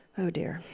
oh, dear,